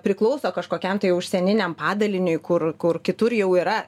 priklauso kažkokiam tai užsieniniam padaliniui kur kur kitur jau yra ir